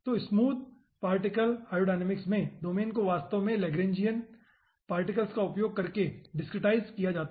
तो smoothed particle hydrodynamics में domain को वास्तव में लैग्रैन्जियन पार्टिकल्स का उपयोग करके डिसक्रीटाईजड़ किया जाता है